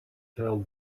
tell